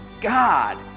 God